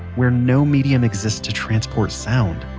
where no medium exists to transport sound.